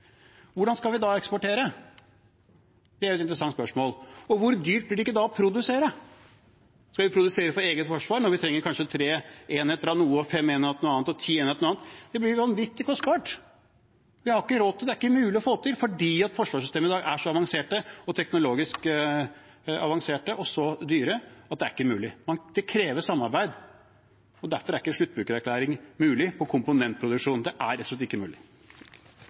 Hvordan skal vi da eksportere? Det er et interessant spørsmål. Hvor dyrt blir det ikke da å produsere? Skal vi produsere for eget forsvar, når vi trenger kanskje tre enheter av noe, fem enheter av noe annet og ti enheter av noe annet? Det blir vanvittig kostbart. Vi har ikke råd til det, det er ikke mulig å få til, fordi forsvarssystemer i dag er så avanserte, teknologisk avanserte, og så dyre at det er ikke mulig. Det krever samarbeid, og derfor er ikke sluttbrukererklæring mulig på komponentproduksjon. Det er rett og slett ikke mulig.